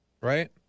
Right